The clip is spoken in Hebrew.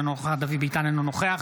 אינו נוכח